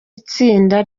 itsinda